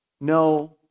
no